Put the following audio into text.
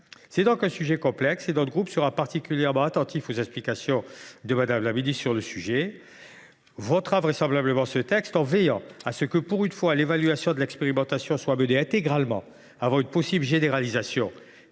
est donc complexe, et notre groupe sera particulièrement attentif aux explications de Mme la ministre. Nous voterons vraisemblablement ce texte,… Vraisemblablement ?… en veillant à ce que, pour une fois, l’évaluation de l’expérimentation soit menée intégralement avant une possible généralisation,